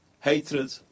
hatred